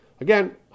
Again